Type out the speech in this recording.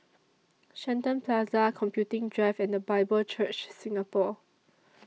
Shenton Plaza Computing Drive and The Bible Church Singapore